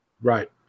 Right